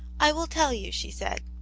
i will tell you, she said.